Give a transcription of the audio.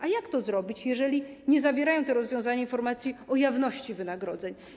A jak to zrobić, jeżeli nie zawierają te rozwiązania informacji o jawności wynagrodzeń?